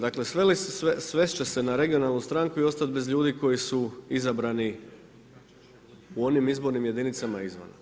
Dakle, svest će se na regionalnu stranku i ostat bez ljudi koji su izabrani u onim izbornim jedinicama izvana.